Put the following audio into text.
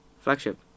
Flagship